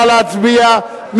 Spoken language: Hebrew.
נא להצביע.